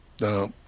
No